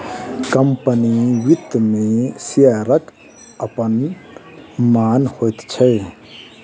company वित्त मे शेयरक अपन मान होइत छै